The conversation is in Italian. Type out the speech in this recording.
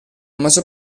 maggior